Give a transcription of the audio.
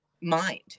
mind